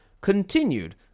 continued